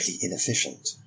inefficient